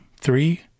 Three